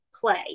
play